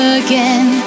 again